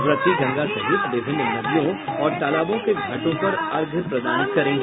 व्रती गंगा सहित विभिन्न नदियों और तालाबों के घाटों पर अर्घ्य प्रदान करेंगी